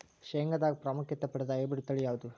ಶೇಂಗಾದಾಗ ಪ್ರಾಮುಖ್ಯತೆ ಪಡೆದ ಹೈಬ್ರಿಡ್ ತಳಿ ಯಾವುದು?